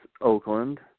Oakland